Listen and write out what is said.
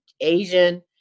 asian